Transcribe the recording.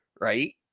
right